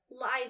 live